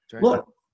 Look